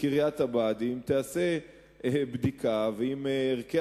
קריית הבה"דים תיעשה בדיקה ואם הערכים